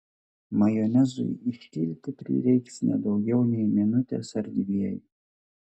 majonezui iškilti prireiks ne daugiau nei minutės ar dviejų